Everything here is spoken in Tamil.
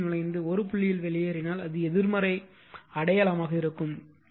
ஒரு புள்ளியில் நுழைந்து ஒரு புள்ளி வெளியேறினால் அது எதிர்மறை அடையாளமாக இருக்கும்